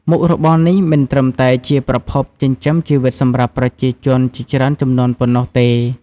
មុខរបរនេះមិនត្រឹមតែជាប្រភពចិញ្ចឹមជីវិតសម្រាប់ប្រជាជនជាច្រើនជំនាន់ប៉ុណ្ណោះទេ។